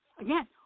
again